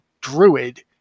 Druid